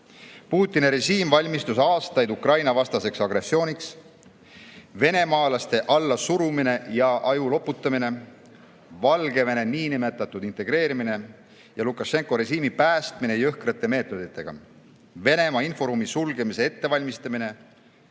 Putini režiim valmistus aastaid Ukraina-vastaseks agressiooniks. Venemaalaste allasurumine ja ajuloputamine, Valgevene niinimetatud integreerimine ja Lukašenka režiimi päästmine jõhkrate meetoditega, Venemaa inforuumi sulgemise ettevalmistamine,